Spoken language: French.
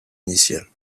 initiale